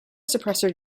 suppressor